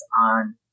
on